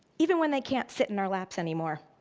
even when they can't sit in our laps anymore.